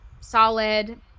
Solid